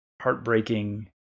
heartbreaking